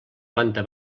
planta